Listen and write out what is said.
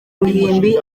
ruhimbi